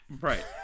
Right